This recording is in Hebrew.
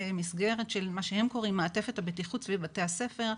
מסגרת של מה שהם קוראים מעטפת הבטיחות סביב בתי הספר,